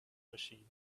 machine